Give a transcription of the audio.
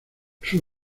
sus